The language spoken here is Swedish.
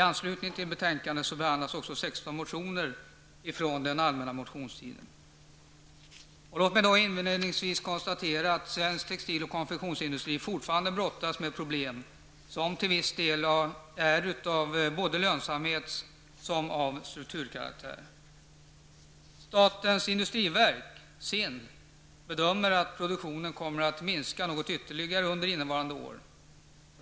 I anslutning till betänkandet behandlas också 16 motioner från den allmänna motionstiden. Låt mig konstatera att svensk textil och konfektionsindustri fortfarande brottas med problem som till viss del är av både lönsamhets och strukturkaraktär. Statens industriverk, SIND, bedömer att produktionen kommer att minska ytterligare något under innevarande år.